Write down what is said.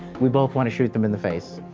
we both want to shoot them in the face.